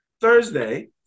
Thursday